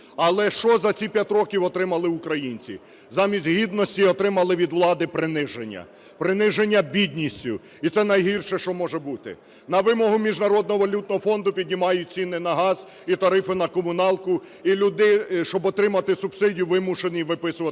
Але що за ці 5 років отримали українці? Замість гідності отримали від влади приниження, приниження бідністю, і це найгірше, що може бути. На вимогу Міжнародного валютного фонду піднімають ціни на газ і тарифи на комуналку, і люди, щоб отримати субсидію, вимушені виписувати